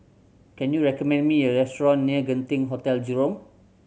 can you recommend me a restaurant near Genting Hotel Jurong